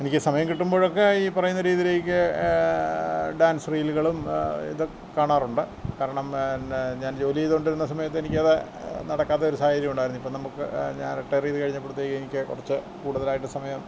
എനിക്ക് സമയം കിട്ടുമ്പോഴൊക്കെ ഈ പറയുന്ന രീതിയിലേക്ക് ഡാൻസ് റീലുകളും ഇതൊക്കെ കാണാറുണ്ട് കാരണം പിന്നെ ഞാൻ ജോലി ചെയ്തുകൊണ്ടിരുന്ന സമയത്തെനിക്കത് നടക്കാത്ത ഒരു സാഹചര്യമുണ്ടായിരുന്നു ഇപ്പോള് നമുക്ക് ഞാൻ റീട്ടേറ്യ്ത് കഴിഞ്ഞപ്പഴ്ത്തേക്ക് എനിക്ക് കുറച്ച് കൂടുതലായിട്ട് സമയം